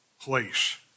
place